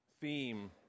theme